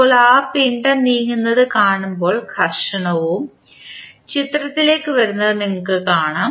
ഇപ്പോൾ ആ പിണ്ഡം നീങ്ങുന്നത് കാണുമ്പോൾ ഘർഷണവും ചിത്രത്തിലേക്ക് വരുന്നത് നിങ്ങൾ കാണും